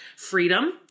freedom